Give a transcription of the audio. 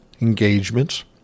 engagements